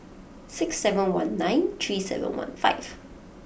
six seven one nine three seven one five